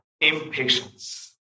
Impatience